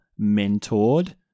mentored